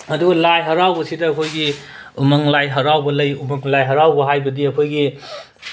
ꯑꯗꯣ ꯂꯥꯏ ꯍꯔꯥꯎꯕꯁꯤꯗ ꯑꯩꯈꯣꯏꯒꯤ ꯎꯃꯪ ꯂꯥꯏ ꯍꯔꯥꯎꯕ ꯂꯩ ꯎꯃꯪ ꯂꯥꯏ ꯍꯔꯥꯎꯕ ꯍꯥꯏꯕꯗꯤ ꯑꯩꯈꯣꯏꯒꯤ